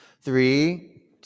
three